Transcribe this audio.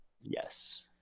Yes